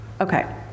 Okay